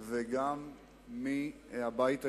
וגם מהבית היהודי,